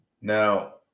Now